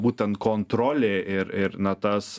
būtent kontrolė ir ir na tas